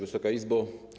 Wysoka Izbo!